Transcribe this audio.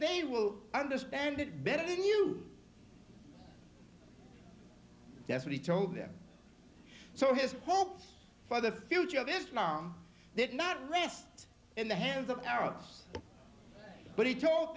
they will understand it better than you that's what he told them so his hope for the future this mom did not list in the hands of arabs but he told